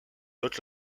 note